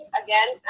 again